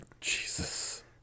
Jesus